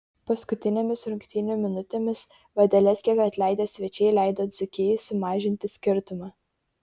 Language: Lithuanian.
paskutinėmis rungtynių minutėmis vadeles kiek atleidę svečiai leido dzūkijai sumažinti skirtumą